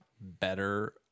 better